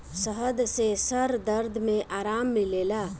शहद से सर दर्द में आराम मिलेला